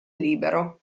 libero